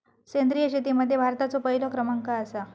सेंद्रिय शेतीमध्ये भारताचो पहिलो क्रमांक आसा